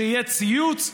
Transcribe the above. שיהיה ציוץ: